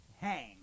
hang